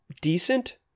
decent